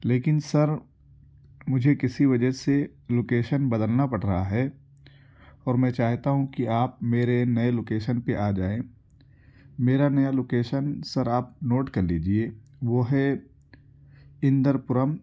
لیکن سر مجھے کسی وجہ سے لوکیشن بدلنا پڑ رہا ہے اور میں چاہتا ہوں کہ آپ میرے نئے لوکیشن پہ آ جائیں میرا نیا لوکیشن سر آپ نوٹ کر لیجیئے وہ ہے اندر پورم